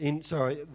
sorry